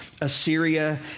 Assyria